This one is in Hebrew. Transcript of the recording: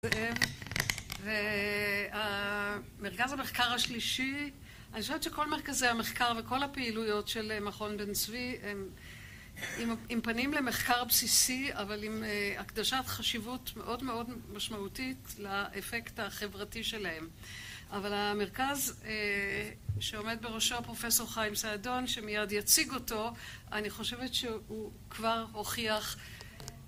ומרכז המחקר השלישי, אני חושבת שכל מרכזי המחקר וכל הפעילויות של מכון בן צבי הם עם פנים למחקר בסיסי, אבל עם הקדשת חשיבות מאוד מאוד משמעותית לאפקט החברתי שלהם. אבל המרכז שעומד בראשו הפרופסור חיים סעדון, שמיד יציג אותו, אני חושבת שהוא כבר הוכיח